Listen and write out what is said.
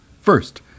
First